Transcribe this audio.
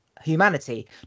humanity